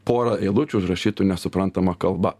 porą eilučių užrašytų nesuprantama kalba